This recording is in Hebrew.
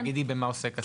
רק תגידי במה עוסק הסעיף.